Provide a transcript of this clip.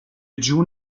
جون